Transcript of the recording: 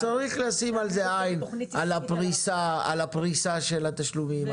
אז צריך לשים עין על הפריסה של התשלומים,